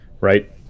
right